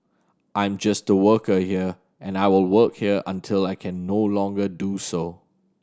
I'm just a worker here and I will work here until I can no longer do so